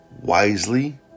wisely